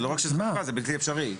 לא רק שזו חשיפה, זה בלתי אפשרי.